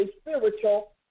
spiritual